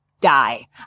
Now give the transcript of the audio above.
Die